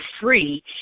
free